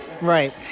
Right